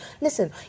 Listen